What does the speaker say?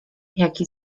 jaki